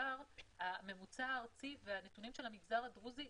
לתלמידים שכבר נמצאים בתהליך של בעיית אלימות.